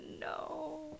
no